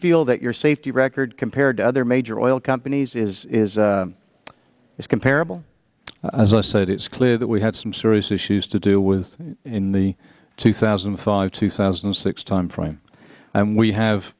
feel that your safety record compared to other major oil companies is is a is comparable as i said it's clear that we had some serious issues to do with in the two thousand and five two thousand and six timeframe and we have